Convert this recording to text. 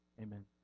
amen